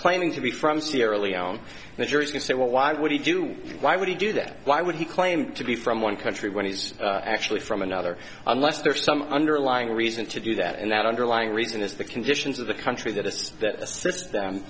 claiming to be from sierra leone the jury's going to say well why would he do why would he do that why would he claimed to be from one country when he's actually from another unless there is some underlying reason to do that and that underlying reason is the conditions of the country that is that